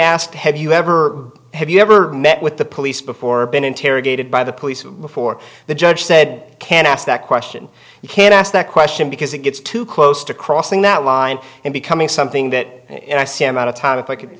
asked have you ever have you ever met with the police before been interrogated by the police before the judge said can i ask that question you can ask that question because it gets too close to crossing that line and becoming something that i say i'm out of time if i could